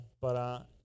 para